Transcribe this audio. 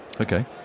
Okay